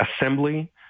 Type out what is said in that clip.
assembly